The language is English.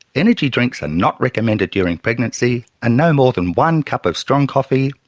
energy drinks are not recommended during pregnancy and no more than one cup of strong coffee,